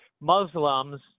Muslims